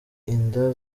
inda